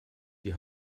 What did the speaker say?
die